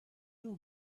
you